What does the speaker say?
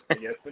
Yes